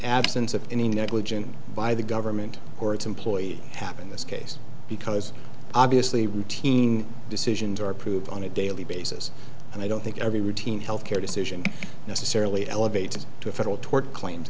absence of any negligence by the government or its employee happen in this case because obviously routine decisions are approved on a daily basis and i don't think every routine health care decision necessarily elevates to a federal tort claim